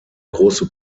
große